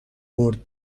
برد